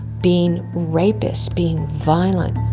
being rapists, being violent.